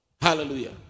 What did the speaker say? Hallelujah